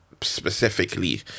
specifically